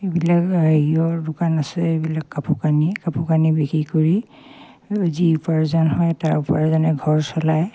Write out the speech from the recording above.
এইবিলাক হেৰিঅৰ দোকান আছে এইবিলাক কাপোৰ কানি কাপোৰ কানি বিক্ৰী কৰি যি উপাৰ্জন হয় তাৰ উপাৰ্জনে ঘৰ চলায়